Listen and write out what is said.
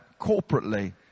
corporately